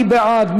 מי בעד?